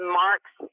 marks